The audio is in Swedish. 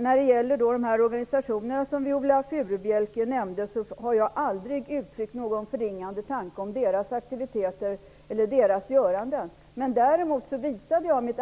När det gäller de organisationer som Viola Furubjelke nämnde, har jag aldrig uttryckt någon förringande tanke om deras aktiviteter. Däremot visade jag i mitt